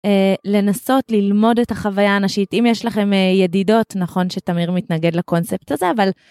לנסות ללמוד את החוויה הנשית. אם יש לכם ידידות, נכון שתמיר מתנגד לקונספט הזה, אבל...